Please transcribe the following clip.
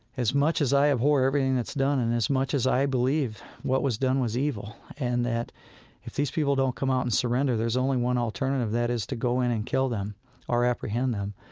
as much as i abhor everything that's done, and as much as i believe what was done was evil, and that if these people don't come out and surrender, there's only one alternative, that is to go in and kill them or apprehend them.